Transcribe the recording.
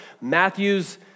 Matthew's